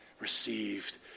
received